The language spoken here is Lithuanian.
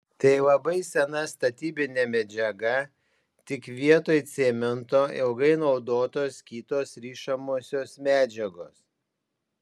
tai labai sena statybinė medžiaga tik vietoj cemento ilgai naudotos kitos rišamosios medžiagos